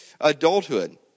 adulthood